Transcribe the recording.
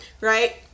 right